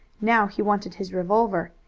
now he wanted his revolver,